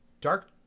dark